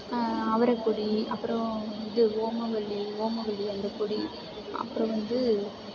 அவரைக்கொடி அப்புறம் இது ஓமவல்லி ஓமவல்லி அந்த கொடி அப்புறம் வந்து